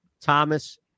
Thomas